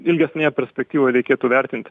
ilgesnėje perspektyvoje reikėtų vertint